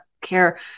Care